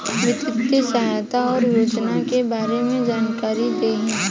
वित्तीय सहायता और योजना के बारे में जानकारी देही?